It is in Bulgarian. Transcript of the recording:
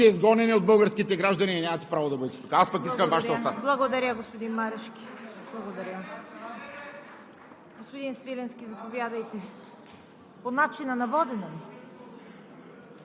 Така че дали сте меки китки, дали сте твърди китки, Вие сте изгонени от българските граждани и нямате право да бъдете тук. Аз пък искам Вашата оставка. (Ръкопляскания